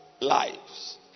lives